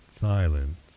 silence